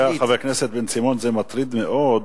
אתה יודע, חבר הכנסת בן-סימון, זה מטריד מאוד,